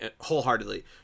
wholeheartedly